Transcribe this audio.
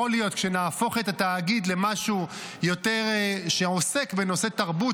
יכול להיות שכשנהפוך את התאגיד למשהו שיותר עוסק בנושאי תרבות,